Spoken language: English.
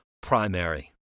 primary